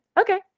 okay